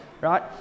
right